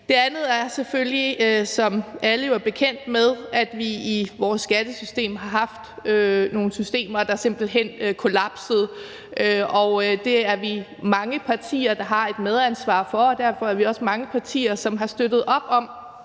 Den anden side er selvfølgelig, som alle jo er bekendt med, at vi i vores skattevæsen har haft nogle systemer, der simpelt hen er kollapset. Det er vi mange partier, der har et medansvar for, og derfor er vi også mange partier, som har støttet op om